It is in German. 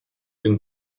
den